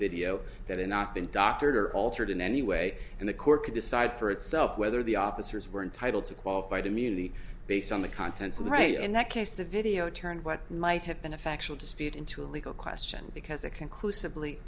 video that it not been doctored or altered in any way and the court could decide for itself whether the officers were entitled to qualified immunity based on the contents of the right in that case the video turned what might have been a factual dispute into a legal question because it conclusively